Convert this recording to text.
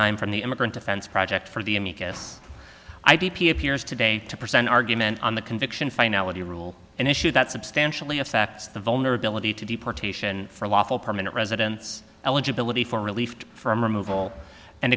time from the immigrant defense project for the amicus i d p appears today to present argument on the conviction finality rule an issue that substantially affects the vulnerability to deportation for lawful permanent residence eligibility for relief from removal and